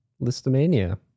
listomania